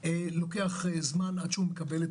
לוקח זמן עד שהוא מקבל,